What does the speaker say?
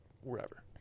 wherever